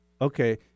Okay